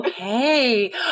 okay